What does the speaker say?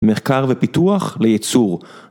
מחקר ופיתוח לייצור.